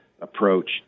approach